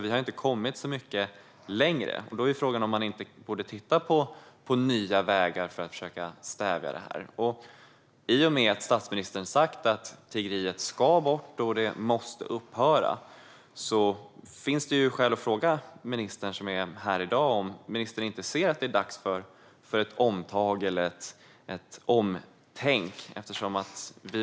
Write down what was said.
Vi har inte kommit så mycket längre, och då är frågan om man inte borde titta på nya vägar för att försöka stävja det här. I och med att statsministern har sagt att tiggeriet måste upphöra och att det ska bort finns det skäl att fråga ministern som är här i dag om han inte ser att det är dags för ett omtag eller omtänk.